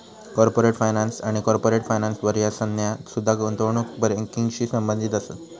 corporate finance आणि corporate financer ह्या संज्ञा सुद्धा गुंतवणूक बँकिंगशी संबंधित असत